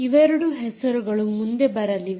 ಇವೆರಡು ಹೆಸರುಗಳು ಮುಂದೆ ಬರಲಿವೆ